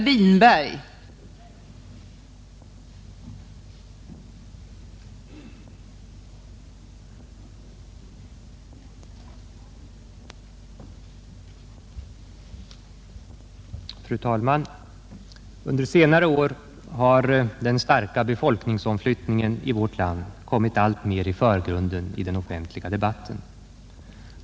Fru talman! Under senare år har den starka befolkningsomflyttningen i vårt land alltmer kommit i förgrunden i den offentliga debatten.